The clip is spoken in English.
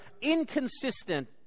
inconsistent